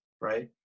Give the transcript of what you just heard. right